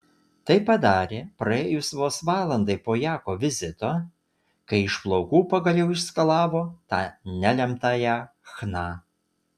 tai padarė praėjus vos valandai po jako vizito kai iš plaukų pagaliau išskalavo tą nelemtąją chna